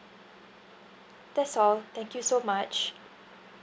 that's all thank you so much